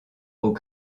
aux